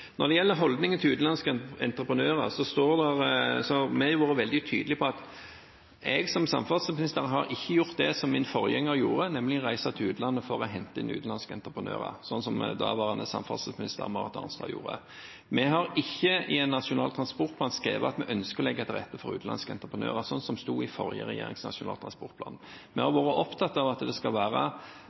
Når det gjelder holdningen til utenlandske entreprenører: Jeg, som samferdselsminister, har ikke gjort det som min forgjenger gjorde, nemlig reist til utlandet for å hente utenlandske entreprenører, som tidligere samferdselsminister Marit Arnstad gjorde. Vi har ikke i Nasjonal transportplan skrevet at vi ønsker å legge til rette for utenlandske entreprenører, slik som det sto i den rød-grønne regjeringens nasjonale transportplan. Vi har vært opptatt av at det skal være